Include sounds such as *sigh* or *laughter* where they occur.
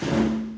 *noise*